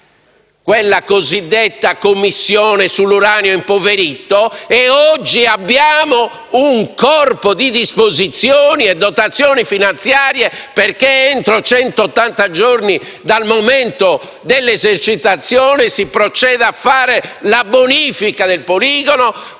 deputati, dalla Commissione sull'uranio impoverito. Grazie a quel lavoro, oggi abbiamo un corpo di disposizioni e dotazioni finanziarie perché entro 180 giorni dal momento dell'esercitazione si proceda a fare la bonifica del poligono